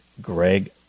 Greg